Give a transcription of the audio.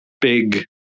big